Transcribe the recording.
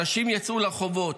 אנשים יצאו לרחובות,